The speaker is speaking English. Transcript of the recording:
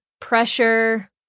pressure